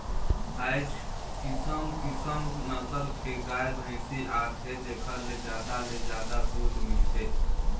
आयज किसम किसम नसल के गाय, भइसी आत हे जेखर ले जादा ले जादा दूद मिलथे